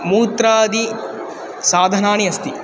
मूत्रादि साधनानि अस्ति